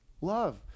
love